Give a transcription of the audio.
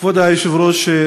כבוד היושב-ראש,